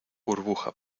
burbuja